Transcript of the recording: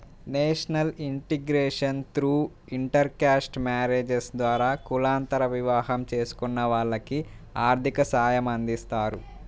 national integration through intercaste marriages ద్వారా కులాంతర వివాహం చేసుకున్న వాళ్లకి ఆర్థిక సాయమందిస్తారు